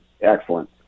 excellent